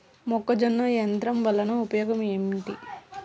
మొక్కజొన్న యంత్రం వలన ఉపయోగము ఏంటి?